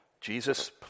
Jesus